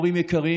הורים יקרים,